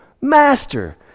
Master